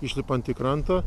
išlipant į krantą